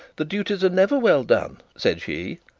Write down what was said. the duties are never well done said she,